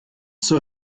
zur